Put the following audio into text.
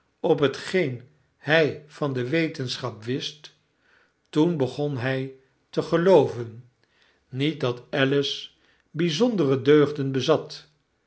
op hetgeen hij van de wetenschap wist toen begon hij te gelooven niet dat alice bijzondere deugden bezat